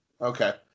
Okay